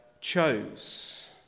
chose